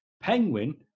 Penguin